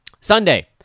Sunday